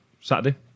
Saturday